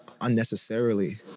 unnecessarily